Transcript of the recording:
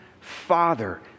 father